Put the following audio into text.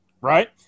Right